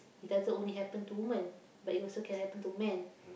it doesn't only happen to woman but it also can happen to man